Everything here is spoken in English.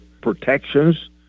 protections